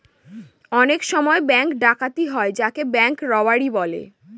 অনেক সময় ব্যাঙ্ক ডাকাতি হয় যাকে ব্যাঙ্ক রোবাড়ি বলে